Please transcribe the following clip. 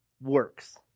works